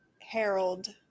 harold